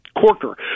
Corker